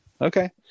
okay